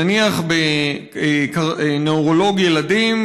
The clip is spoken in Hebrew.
נניח נוירולוג ילדים,